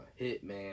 hitman